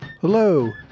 Hello